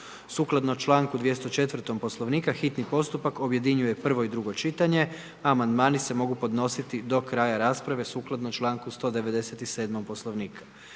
Sukladno članku 204. Poslovnika, hitni postupak objedinjuje prvo i drugo čitanje a amandmani se mogu podnositi do kraja rasprave sukladno članku 197. Poslovnika.